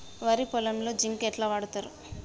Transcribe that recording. వరి పొలంలో జింక్ ఎట్లా వాడుతరు?